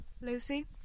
Lucy